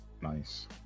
Nice